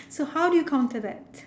so how do you counter that